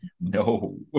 No